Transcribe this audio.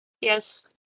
Yes